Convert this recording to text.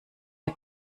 der